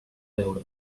beure